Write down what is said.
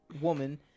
Woman